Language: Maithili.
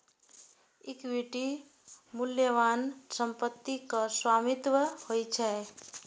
इक्विटी मूल्यवान संपत्तिक स्वामित्व होइ छै